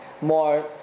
more